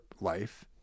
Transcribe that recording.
life